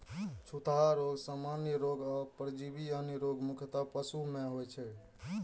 छूतहा रोग, सामान्य रोग आ परजीवी जन्य रोग मुख्यतः पशु मे होइ छै